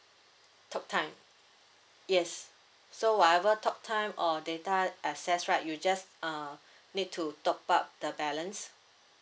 talk time yes so whatever talk time or data access right you just uh need to top up the balance